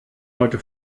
heute